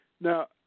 Now